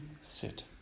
sit